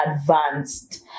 advanced